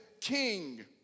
king